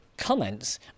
Comments